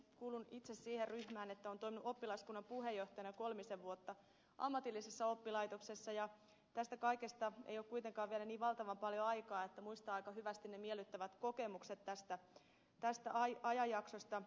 kuulun itse siihen ryhmään että olen toiminut oppilaskunnan puheenjohtajana kolmisen vuotta ammatillisessa oppilaitoksessa ja tästä kaikesta ei ole kuitenkaan vielä niin valtavan paljon aikaa että muistaa aika hyvin ne miellyttävät kokemukset tästä ajanjaksosta